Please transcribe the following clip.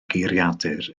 geiriadur